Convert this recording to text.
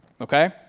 okay